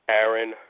Aaron